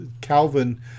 Calvin